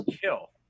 kill